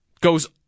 goes